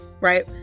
right